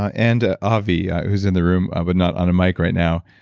ah and avi who's in the room but not on a mic right now.